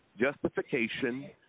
justification